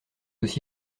aussi